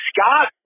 Scott